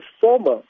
former